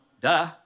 duh